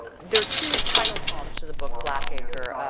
there are two title poems to the book, blackacre,